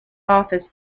office